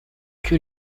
que